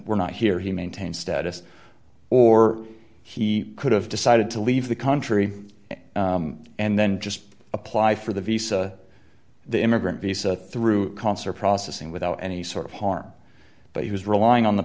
were not here he maintained status or he could have decided to leave the country and then just apply for the visa the immigrant visa through concer processing without any sort of harm but he was relying on the